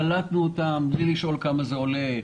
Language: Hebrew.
קלטנו אותם בלי לשאול כמה זה עולה,